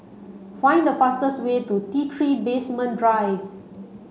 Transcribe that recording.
find the fastest way to T three Basement Drive